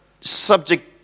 subject